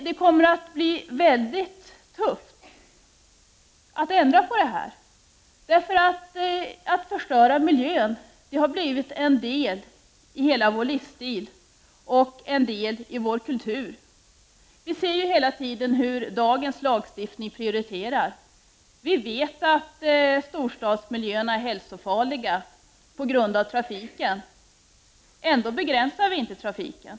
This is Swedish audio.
Det kommer att bli mycket tufft att åstadkomma förändringar. Att förstöra miljön har blivit en del av hela vår livsstil och en del av vår kultur. Vi ser ju hela tiden vilka prioriteringar som görs i dagens lagstiftning. Vi vet att storstadsmiljöerna är hälsofarliga på grund av trafiken. Ändå begränsar vi inte trafiken.